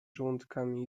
żołądkami